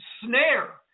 snare